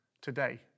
today